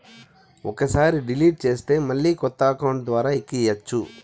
ఒక్కసారి డిలీట్ చేస్తే మళ్ళీ కొత్త అకౌంట్ ద్వారా ఎక్కియ్యచ్చు